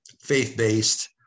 faith-based